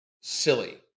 silly